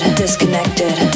disconnected